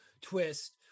twist